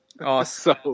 awesome